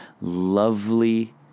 lovely